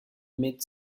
mid